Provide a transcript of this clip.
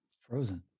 frozen